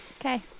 Okay